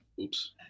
Oops